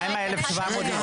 מה עם ה-1,700 דירות?